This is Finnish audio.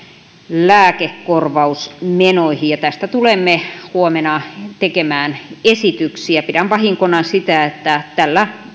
lääkekorvausmenoihin ja tästä tulemme huomenna tekemään esityksiä pidän vahinkona sitä että